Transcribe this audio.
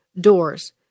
doors